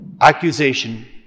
accusation